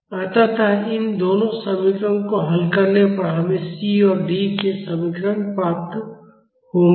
अत इन दोनों समीकरणों को हल करने पर हमें C और D के समीकरण प्राप्त होंगे